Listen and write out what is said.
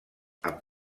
amb